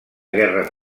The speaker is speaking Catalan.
guerra